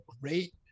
great